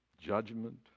judgment